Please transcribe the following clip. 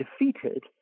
defeated